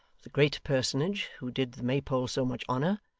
the great personage who did the maypole so much honour,